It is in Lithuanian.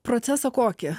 procesą kokį